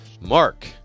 Mark